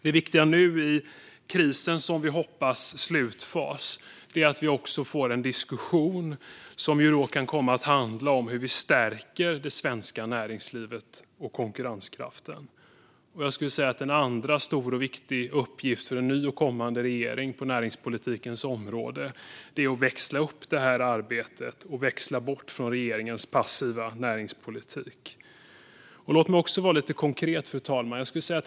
Det viktiga nu i krisens, som vi hoppas, slutfas är att vi får en diskussion om hur vi stärker det svenska näringslivet och konkurrenskraften. En andra stor och viktig uppgift för en kommande, ny regering på näringspolitikens område är att växla upp detta arbete och växla bort från regeringens passiva näringspolitik. Fru talman! Låt mig vara lite konkret.